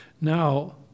Now